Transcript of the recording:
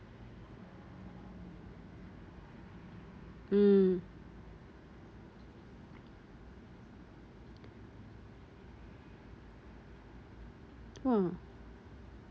mm !wah!